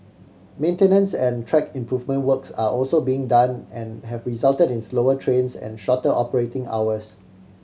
maintenance and track improvement works are also being done and have resulted in slower trains and shorter operating hours